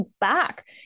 back